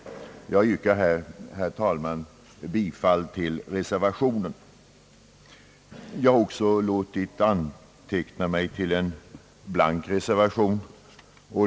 Jag yrkar, herr talman, i denna del bifall till reservationen. Jag har också varit med om att avge en blank reservation.